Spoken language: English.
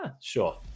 Sure